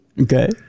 Okay